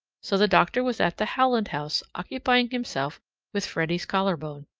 so the doctor was at the howland house occupying himself with freddy's collarbone.